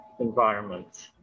environments